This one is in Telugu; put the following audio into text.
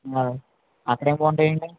అక్కడేమి బాగుంటాయండి